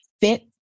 fit